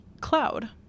cloud